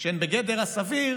שהן בגדר הסביר